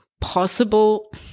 possible